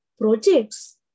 projects